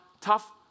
tough